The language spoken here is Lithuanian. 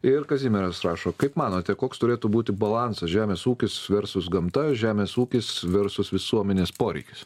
ir kazimieras rašo kaip manote koks turėtų būti balansas žemės ūkis versus gamta žemės ūkis versus visuomenės poreikis